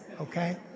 okay